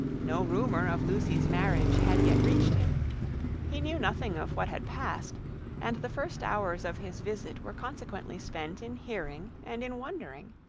no rumour of lucy's marriage had yet reached him he knew nothing of what had passed and the first hours of his visit were consequently spent in hearing and in wondering.